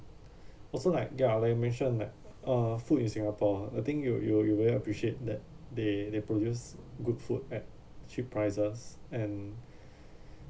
also like ya like you mentioned like uh food in singapore I think you you you you will appreciate that they they produce good food at cheap prices and